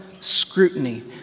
scrutiny